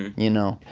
you know?